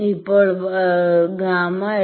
ഇപ്പോൾ ΓL 0